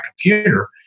computer